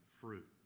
fruit